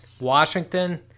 Washington